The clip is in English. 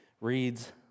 reads